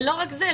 ולא רק זה.